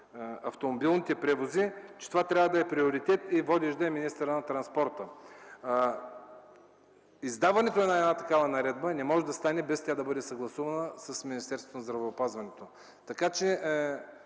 автомобилните превози, считаме, че това трябва да е приоритет и водещ да е министърът на транспорта. Издаването на такава наредба обаче не може да става, без тя е да съгласувана с Министерството на здравеопазването. Смятам, че